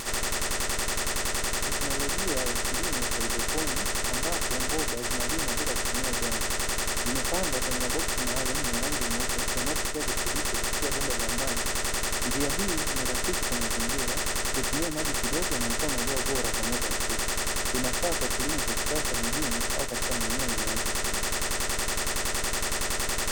Teknolojia ya kilimo cha hydroponiki ambapo mboga zinalimwa bila kutumia udongo, zimepandwa kwenye maboksi maalumu ya rangi nyeupe, yanayopokea virutubisho kupitia bomba za maji, njia hii ni rafiki kwa mazingira hutumia maji kidogo, inayotoa mazao bora kwa muda mfupi inafaa kwa kilimo cha kisasa mjini, au katika maeneo yenye ardhi finyu.